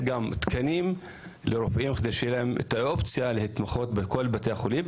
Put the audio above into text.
גם תקנים לרופאים כדי שיהיה להם את האופציה להתמחות בכל בתי החולים,